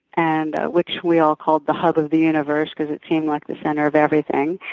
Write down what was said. and ah which we all called the hub of the universe because it seemed like the center of everything.